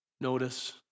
Notice